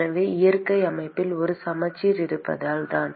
எனவே இயற்கை அமைப்பில் ஒரு சமச்சீர் இருப்பதால் தான்